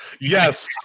Yes